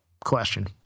question